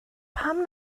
pam